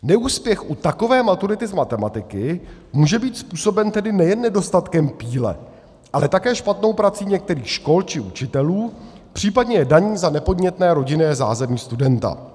Neúspěch u takové maturity z matematiky může být způsoben tedy nejen nedostatkem píle, ale také špatnou prací některých škol či učitelů, případně je daní za nepodnětné rodinné zázemí studenta.